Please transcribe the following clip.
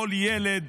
כל ילד,